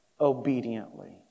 obediently